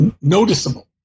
noticeable